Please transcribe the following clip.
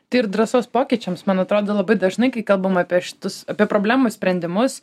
tai ir drąsos pokyčiams man atrodo labai dažnai kai kalbam apie šitus apie problemų sprendimus